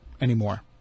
anymore